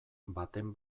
baten